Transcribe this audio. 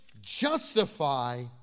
justify